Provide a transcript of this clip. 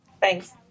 Thanks